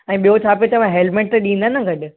ऐं ॿियो छा पियो चवां हेल्मेट त ॾींदव न गॾु